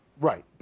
Right